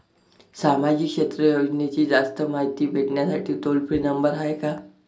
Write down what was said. सामाजिक क्षेत्र योजनेची जास्त मायती भेटासाठी टोल फ्री नंबर हाय का?